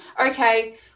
okay